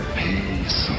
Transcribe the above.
peace